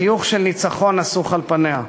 חיוך של ניצחון נסוך על פניה.